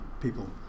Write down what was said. people